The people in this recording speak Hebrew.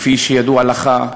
כפי שידוע לך.